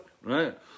right